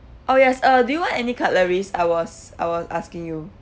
oh yes uh do you want any cutleries I was I was asking you